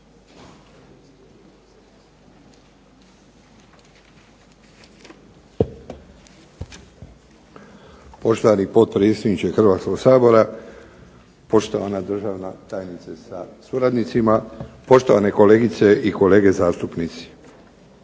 Poštovani potpredsjedniče Hrvatskog sabora, poštovana državna tajnice sa suradnicima, poštovane kolegice i kolege zastupnici.